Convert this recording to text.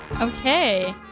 Okay